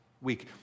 week